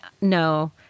no